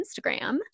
Instagram